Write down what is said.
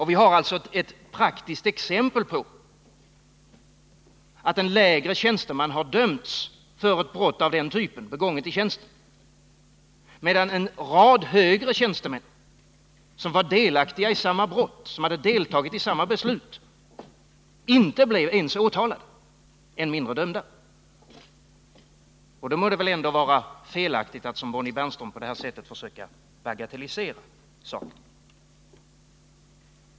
Vi har alltså ett praktiskt exempel på att en lägre tjänsteman har dömts för ett brott av den typen, begånget i tjänsten, medan en rad högre tjänstemän, som varit delaktiga i samma brott, som hade deltagit i samma beslut, inte ens blev åtalade, än mindre dömda. Då må det väl ändå vara felaktigt att som Bonnie Bernström på det här sättet försöka bagatellisera saken.